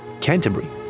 Canterbury